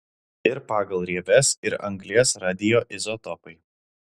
ir pagal rieves ir anglies radioizotopai